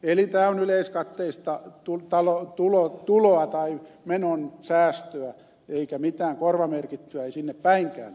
eli tämä on yleiskatteista tuloa tai menon säästöä eikä mitään korvamerkittyä ei sinne päinkään